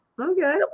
Okay